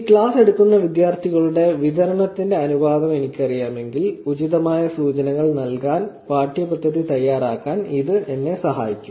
ഈ ക്ലാസ് എടുക്കുന്ന വിദ്യാർത്ഥികളുടെ വിതരണത്തിന്റെ അനുപാതം എനിക്കറിയാമെങ്കിൽ ഉചിതമായ സൂചനകൾ നൽകാൻ പാഠ്യപദ്ധതി തയ്യാറാക്കാൻ ഇത് എന്നെ സഹായിക്കും